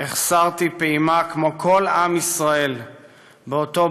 החסרתי פעימה כמו כל עם ישראל באותו